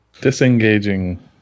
Disengaging